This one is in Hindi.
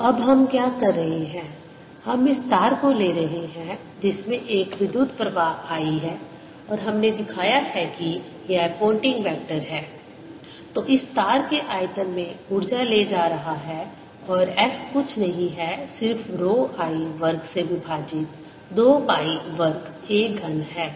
तो अब हम क्या कर रहे हैं हम इस तार को ले रहे हैं जिसमें एक विद्युत प्रवाह I है और हमने दिखाया है कि यह पोयनटिंग वेक्टर है जो इस तार के आयतन में ऊर्जा ले जा रहा है और S कुछ नहीं है सिर्फ रो I वर्ग से विभाजित 2 पाई वर्ग a घन है